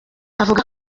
avuga